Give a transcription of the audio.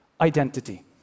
identity